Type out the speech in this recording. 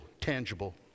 tangible